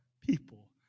people